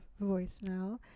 voicemail